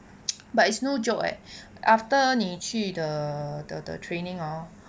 but it's no joke eh after 你去 the the the training orh